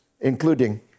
including